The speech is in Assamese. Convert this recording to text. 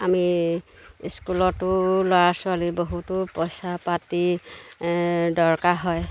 আমি স্কুলতো ল'ৰা ছোৱালী বহুতো পইচা পাতি দৰকাৰ হয়